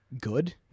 good